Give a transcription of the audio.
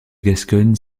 gascogne